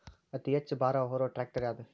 ಅತಿ ಹೆಚ್ಚ ಭಾರ ಹೊರು ಟ್ರ್ಯಾಕ್ಟರ್ ಯಾದು?